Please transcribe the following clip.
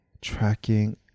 tracking